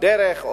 או דרך,